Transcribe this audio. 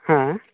ᱦᱮᱸ